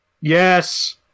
Yes